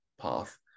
path